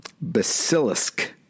Basilisk